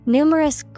Numerous